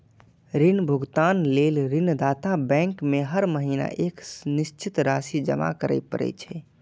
ऋण भुगतान लेल ऋणदाता बैंक में हर महीना एक निश्चित राशि जमा करय पड़ै छै